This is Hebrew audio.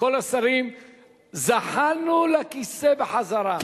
באותו יום שולח מכתב פיטורין לכל השרים שלו.